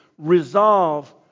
resolve